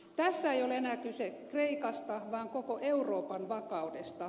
tässä ei ole enää kyse kreikasta vaan koko euroopan vakaudesta